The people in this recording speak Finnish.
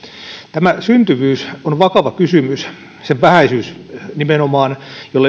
tämä syntyvyys on vakava kysymys sen vähäisyys nimenomaan ja sille yhteiskunnan